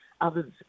others